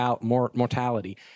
mortality